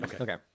Okay